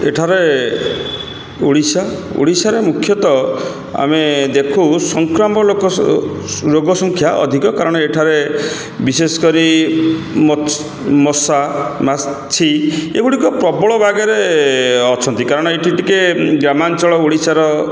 ଏଠାରେ ଓଡ଼ିଶା ଓଡ଼ିଶାରେ ମୁଖ୍ୟତଃ ଆମେ ଦେଖୁ ସଂକ୍ରମ୍ବ ଲୋକ ରୋ ରୋଗ ସଂଖ୍ୟା ଅଧିକ କାରଣ ଏଠାରେ ବିଶେଷ କରି ମଶା ମାଛି ଏଗୁଡ଼ିକ ପ୍ରବଳ ଭାଗରେ ଅଛନ୍ତି କାରଣ ଏଠି ଟିକେ ଗ୍ରାମାଞ୍ଚଳ ଓଡ଼ିଶାର